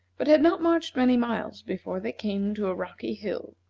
but had not marched many miles before they came to a rocky hill,